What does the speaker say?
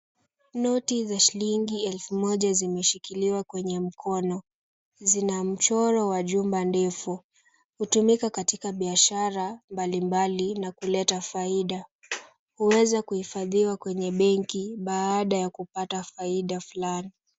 Noti za shilingi elfu moja zimeshikiliwa kwenye mkono, sina michoro wa chumba ndefu utumika katika biashara mbalimbali na kuleta faida uweza kuifadhiwa kwenye bengi baada ya kupata faida fulani.